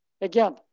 Again